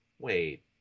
wait